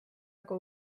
aga